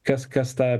kas kas tą